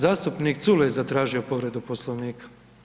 Zastupnik Culej je zatražio povredu Poslovnika.